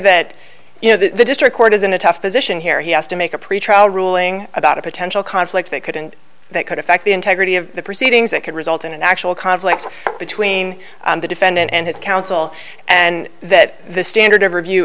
that you know the district court is in a tough position here he has to make a pretrial ruling about a potential conflict that could and that could affect the integrity of the proceedings that could result in an actual conflict between the defendant and his counsel and that the standard of review